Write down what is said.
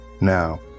Now